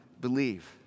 believe